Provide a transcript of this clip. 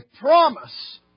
promise